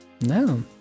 No